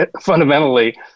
fundamentally